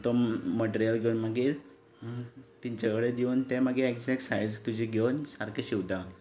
तो मटेरियल घेवन मागीर तांचे कडेन दिवन ते मागी एग्जेक्ट सायज तुजी घेवन सारके शिंवता